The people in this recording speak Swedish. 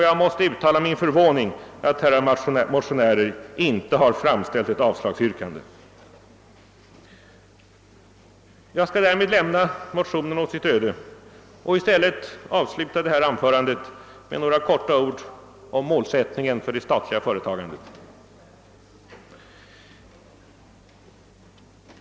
Jag måste uttala min förvåning över att herrar motionärer inte har framställt ett avslagsyrkande. Jag skall därmed lämna motionerna åt deras öde och i stället avsluta detta anförande med några ord om målsättningen för det statliga företagandet.